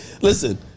Listen